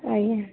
ଆଜ୍ଞା